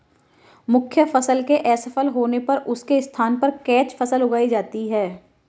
मुख्य फसल के असफल होने पर उसके स्थान पर कैच फसल उगाई जाती है